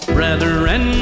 Brethren